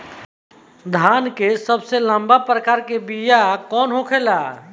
धान के सबसे लंबा दाना वाला प्रकार के बीया कौन होखेला?